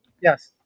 Yes